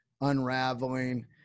unraveling